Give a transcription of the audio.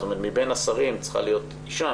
זאת אומרת מבין השרים צריכה להיות אישה,